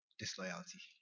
disloyalty